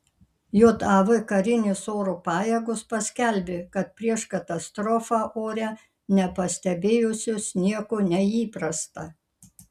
jav karinės oro pajėgos paskelbė kad prieš katastrofą ore nepastebėjusios nieko neįprasta